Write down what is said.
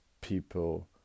people